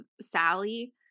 Sally